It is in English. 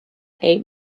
eight